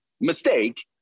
mistake